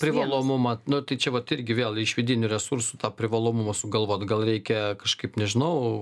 privalomumą nu tai čia vat irgi vėl iš vidinių resursų tą privalomumą sugalvot gal reikia kažkaip nežinau